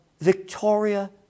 Victoria